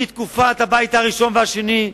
מתקופת הבית הראשון והשני,